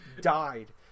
died